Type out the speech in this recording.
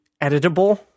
editable